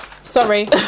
Sorry